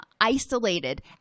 isolated